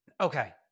okay